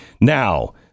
Now